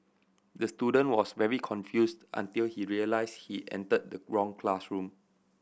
the student was very confused until he realised he entered the wrong classroom